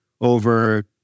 over